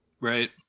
Right